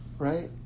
Right